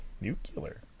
Nuclear